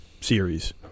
series